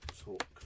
talk